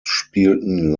spielten